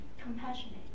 compassionate